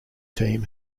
team